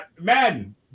Madden